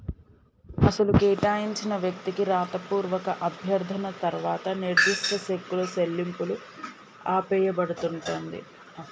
అసలు కేటాయించిన వ్యక్తికి రాతపూర్వక అభ్యర్థన తర్వాత నిర్దిష్ట సెక్కులు చెల్లింపులు ఆపేయబడుతుంది